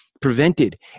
prevented